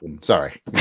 sorry